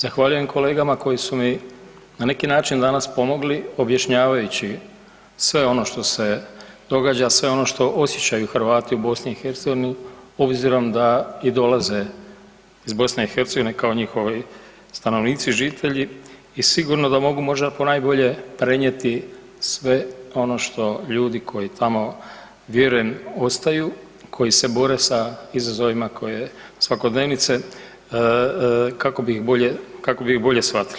Zahvaljujem kolegama koji su mi na neki način danas pomogli objašnjavajući sve ono što se događa, sve ono što osjećaju Hrvati u BiH obzirom da i dolaze iz BiH kao njihovi stanovnici, žitelji i sigurno da mogu možda ponajbolje prenijeti sve ono što ljudi koji tamo vjerujem ostaju, koji se bore sa izazovima svakodnevnice kako bi ih bolje shvatili.